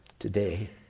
today